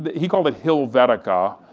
but he called it hillvetica.